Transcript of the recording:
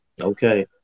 Okay